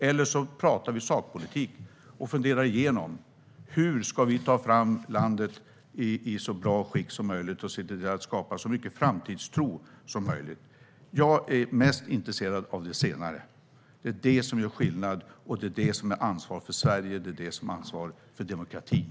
Eller också talar vi sakpolitik och funderar igenom hur vi ska ta landet framåt i så gott skick som möjligt och skapa så mycket framtidstro som möjligt. Jag är mest intresserad av det senare. Det är det som gör skillnad, och det är det som är att ta ansvar för Sverige och demokratin.